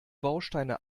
bausteine